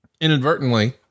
inadvertently